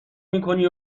میکنی